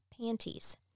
panties